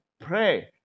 pray